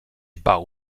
bał